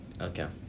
Okay